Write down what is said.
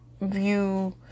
view